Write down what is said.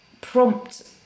prompt